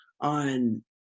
on